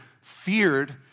feared